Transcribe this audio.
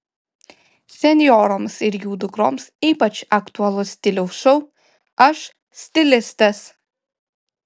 senjoroms ir jų dukroms ypač aktualus stiliaus šou aš stilistas